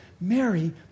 Mary